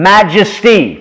Majesty